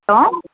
hello